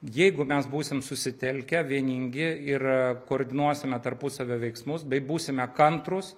jeigu mes būsim susitelkę vieningi ir koordinuosime tarpusavio veiksmus bei būsime kantrūs